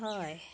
হয়